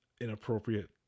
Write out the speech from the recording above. inappropriate